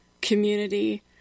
community